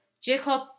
Jacob